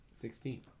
Sixteen